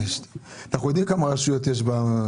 אנחנו יודעים כמה מועצות יש.